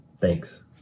Thanks